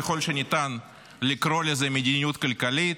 ככל שניתן לקרוא לזה מדיניות כלכלית,